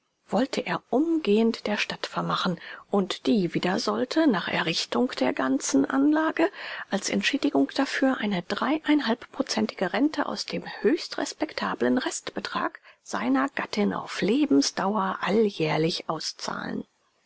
wollte er umgehend der stadt vermachen und die wieder sollte nach errichtung der ganzen anlage als entschädigung dafür eine dreieinhalbpronzentige rente aus dem höchst respektablen restbetrag seiner gattin auf lebensdauer alljährlich auszahlen